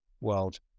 world